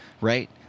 right